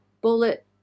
bullet